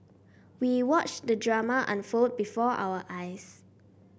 we watched the drama unfold before our eyes